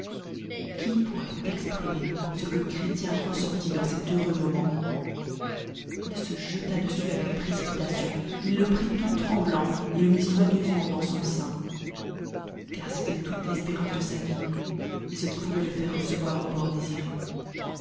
qui pourroit ex primer ce que chrétien ressentit dom cet heureux il se jeta dessus avec préeipitntioa il le pril toût utemblant et le mit soiguememmu dans son sein car c'étoit toute l'espéraoccde sa ie et ééfjqipo dvoit le faire rec eyoir au port